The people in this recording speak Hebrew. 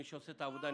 ומי שעושה את העבודה,